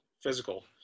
physical